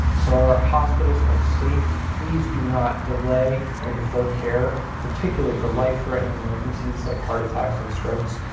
so our hospitals are safe. please do not delay or defer care, particularly for life-threatening emergencies like heart attacks and strokes.